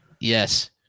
Yes